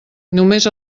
només